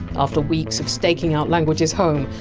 after weeks of staking out language! s home,